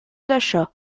d’achat